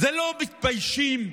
ולא מתביישים?